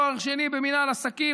תואר שני במינהל עסקים,